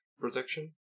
protection